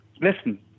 Listen